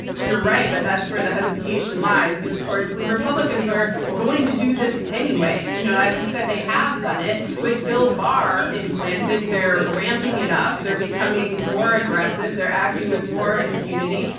you're right that but that's where the hesitation lies. but of course, the republicans are going to do this anyway. you know as you said, they have done it with bill barr implanted. they're ramping it up, they're becoming more aggressive, they're acting with more impunity.